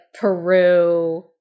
Peru